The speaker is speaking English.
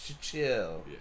Chill